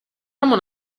ramo